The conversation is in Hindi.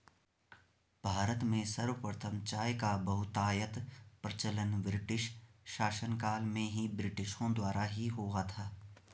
भारत में सर्वप्रथम चाय का बहुतायत प्रचलन ब्रिटिश शासनकाल में ब्रिटिशों द्वारा ही हुआ था